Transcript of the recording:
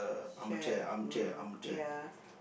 chair mm ya